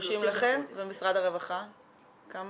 ומשרד הרווחה, כמה?